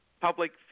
public